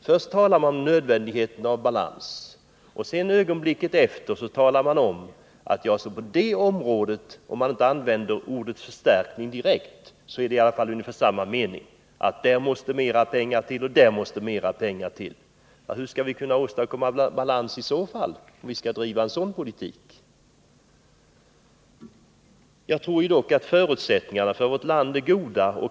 Först har man talat om nödvändigheten av att uppnå en balans i handelsutbytet, och ögonblicket efter har man — även om man inte direkt har använt ordet förstärkning — räknat upp område efter område där man anser att vi måste satsa mer pengar. Men hur skall vi kunna åstadkomma balans, om vi driver en sådan politik? Jag tror dock att förutsättningarna för vårt land är goda.